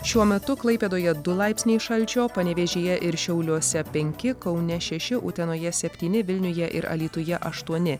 šiuo metu klaipėdoje du laipsniai šalčio panevėžyje ir šiauliuose penki kaune šeši utenoje septyni vilniuje ir alytuje aštuoni